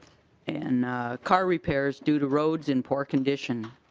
and car repairs due to roads in poor conditions.